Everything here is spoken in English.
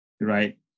right